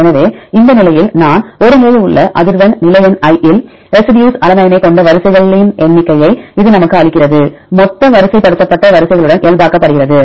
எனவே இந்த நிலையில் நான் ஒரு நிலையில் உள்ள அதிர்வெண் நிலை எண் i இல் ரெசிடியூஸ் அலனைனைக் கொண்ட வரிசைகளின் எண்ணிக்கையை இது நமக்கு அளிக்கிறது மொத்த வரிசைப்படுத்தப்பட்ட வரிசைகளுடன் இயல்பாக்கப்படுகிறது